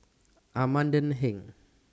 Amanda Heng